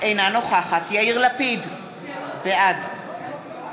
אינה נוכחת יאיר לפיד, בעד